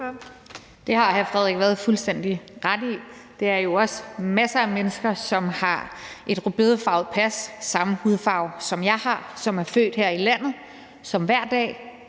Det har hr. Frederik Vad fuldstændig ret i. Der er jo også masser af mennesker, som har et rødbedefarvet pas og samme hudfarve, som jeg har, som er født her i landet, og som hver dag